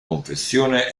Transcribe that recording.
confessione